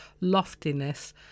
loftiness